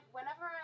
Whenever